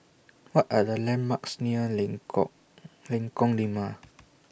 What Are The landmarks near Lengkong Lengkong Lima